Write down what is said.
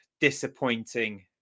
disappointing